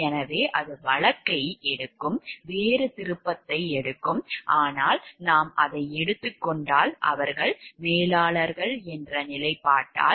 எனவே அது வழக்கை எடுக்கும் வேறு திருப்பத்தை எடுக்கும் ஆனால் நாம் அதை எடுத்துக் கொண்டால் அவர்கள் மேலாளர்கள் என்ற நிலைப்பாட்டால்